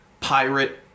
pirate